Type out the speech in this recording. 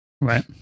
Right